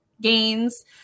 gains